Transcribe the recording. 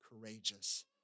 courageous